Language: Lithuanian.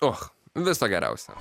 och viso geriausio